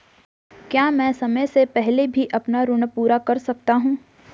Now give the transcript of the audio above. क्या मैं समय से पहले भी अपना ऋण पूरा कर सकता हूँ?